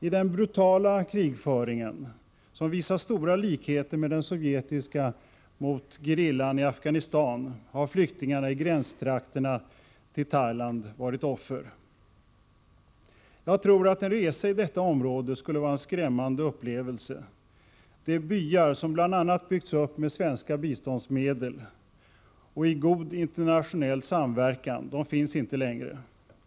I den brutala krigföringen, som visar stora likheter med den sovjetiska mot gerillan i Afghanistan, har flyktingarna i gränstrakterna till Thailand varit offer. Jag tror att en resa i detta område skulle vara en skrämmande upplevelse. De byar som byggts upp bl.a. med svenska biståndsmedel och i god internationell samverkan, de finns inte längre.